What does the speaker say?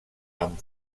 amb